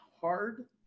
hard